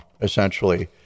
essentially